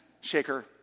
Shaker